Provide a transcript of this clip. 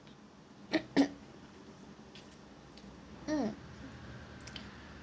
mm